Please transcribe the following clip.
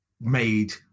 made